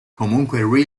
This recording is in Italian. comunque